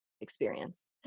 experience